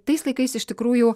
tais laikais iš tikrųjų